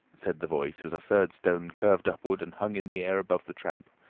said the voice, as a third stone curved upward and hung in the air above the tramp.